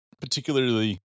particularly